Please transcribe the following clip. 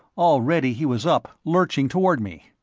already he was up, lurching toward me.